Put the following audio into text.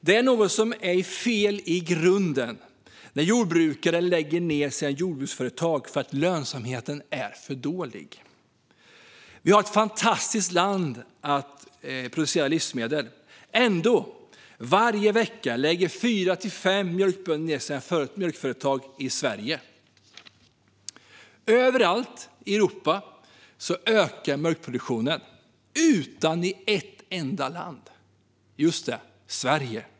Det är något som är fel i grunden när jordbrukare lägger ned sina jordbruksföretag för att lönsamheten är för dålig. Vi har ett fantastiskt land att producera livsmedel i. Ändå lägger varje vecka mellan fyra och fem mjölkbönder i Sverige ned sitt mjölkföretag. Överallt i Europa ökar mjölkproduktionen, utom i ett enda land - just det, i Sverige.